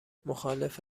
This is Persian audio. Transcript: مخالف